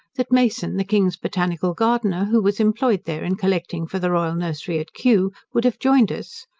that mason, the king's botanical gardener, who was employed there in collecting for the royal nursery at kew, would have joined us,